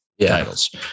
titles